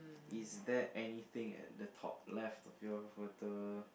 is there anything at the top left of your inverter